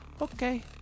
okay